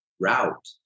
route